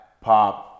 pop